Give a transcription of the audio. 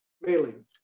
Mailing